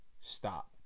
stop